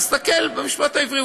תסתכל במשפט העברי,